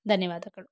ಧನ್ಯವಾದಗಳು